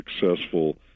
successful